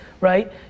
right